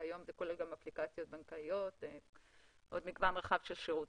כשהיום זה כולל גם אפליקציות בנקאיות ועוד מגוון רחב של שירותים.